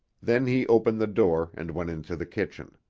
then he opened the door and went into the kitchen.